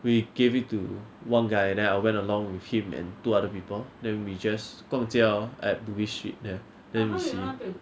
we gave it to one guy and then I went along with him and two other people then we just 逛街 orh at bugis street there then we see